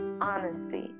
Honesty